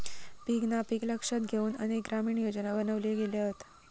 पीक नापिकी लक्षात घेउन अनेक ग्रामीण योजना बनवले गेले हत